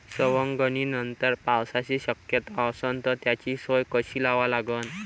सवंगनीनंतर पावसाची शक्यता असन त त्याची सोय कशी लावा लागन?